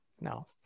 No